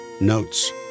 notes